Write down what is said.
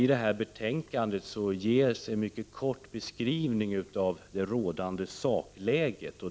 I detta betänkande ges en mycket kort beskrivning av det rådande sakläget.